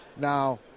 now